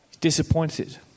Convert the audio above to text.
Disappointed